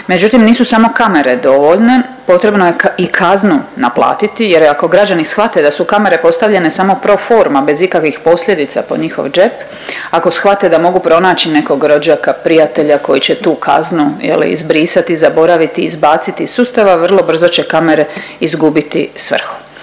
Međutim, nisu samo kamere dovoljne, potrebno je i kaznu naplatiti jer ako građani shvate da su kamere postavljene samo pro forma bez ikakvih posljedica po njihov džep, ako shvate da mogu pronaći nekog rođaka, prijatelja koji će tu kaznu, je li, izbrisati, zaboraviti, izbaciti iz sustava, vrlo brzo će kamere izgubiti svrhu.